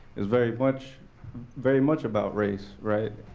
is very much very much about race, right?